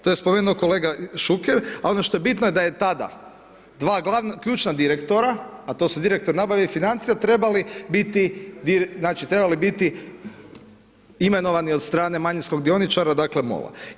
To je spomenuo kolega Šuker, a ono što je bitno da je tada, dva ključna direktora, a to su direktor nabave i financija trebali biti imenovani od strane manjinskog dioničara, dakle, MOL-a.